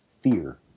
fear